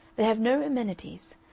they have no amenities,